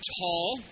tall